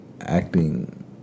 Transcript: acting